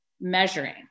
measuring